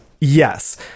yes